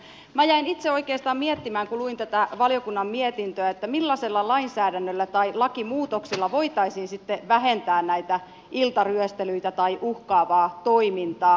minä jäin itse oikeastaan miettimään kun luin tätä valiokunnan mietintöä millaisella lainsäädännöllä tai lakimuutoksilla voitaisiin sitten vähentää näitä iltaryöstelyitä tai uhkaavaa toimintaa